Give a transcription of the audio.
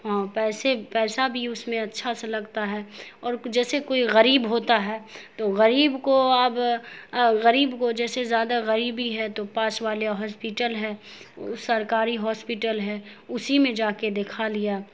وہاں پیسے پیسہ بھی اس میں اچھا سا لگتا ہے اور جیسے کوئی غریب ہوتا ہے تو غریب کو اب غریب کو جیسے زیادہ غریبی ہے تو پاس والے ہاسپٹل ہے سرکاری ہاسپٹل ہے اسی میں جا کے دکھا لیا